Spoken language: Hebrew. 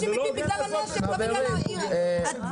אנשים מתים בגלל הנשק, לא בגלל בית העסק.